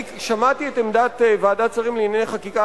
אני שמעתי את עמדת ועדת השרים לענייני חקיקה,